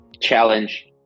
Challenge